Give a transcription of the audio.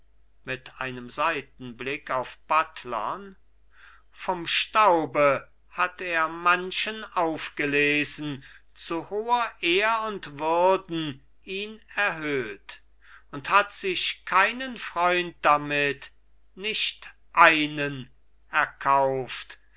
mit einem seitenblick auf buttlern vom staube hat er manchen aufgelesen zu hoher ehr und würden ihn erhöht und hat sich keinen freund damit nicht einen erkauft